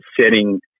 setting